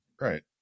Right